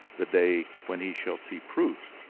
the day when he shall see proofs,